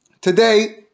today